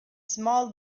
small